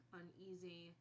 uneasy